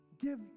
give